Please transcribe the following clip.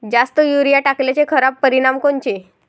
जास्त युरीया टाकल्याचे खराब परिनाम कोनचे?